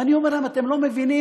אני אומר להם: אתם לא מבינים?